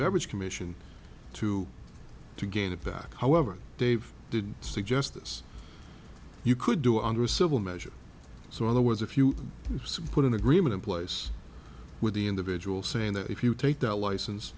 beverage commission to to gain it back however dave did suggest this you could do under a civil measure so other words if you support an agreement in place with the individual saying that if you take that licen